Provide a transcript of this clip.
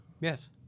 Yes